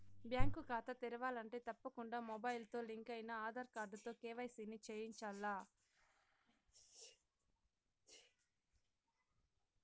bank కాతా తెరవాలంటే తప్పకుండా మొబయిల్తో లింకయిన ఆదార్ కార్డుతో కేవైసీని చేయించాల్ల